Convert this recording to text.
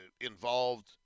involved